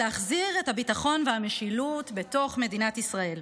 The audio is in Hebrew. הוא להחזיר את הביטחון והמשילות בתוך מדינת ישראל.